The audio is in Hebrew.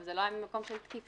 וזה לא היה במקום של תקיפה.